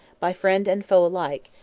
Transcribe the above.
by friend and foe alike,